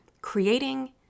creating